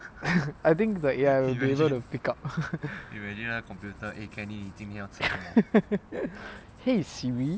I think that A_I is going to pick up !hey! Siri